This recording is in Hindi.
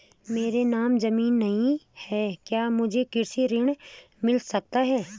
मेरे नाम ज़मीन नहीं है क्या मुझे कृषि ऋण मिल सकता है?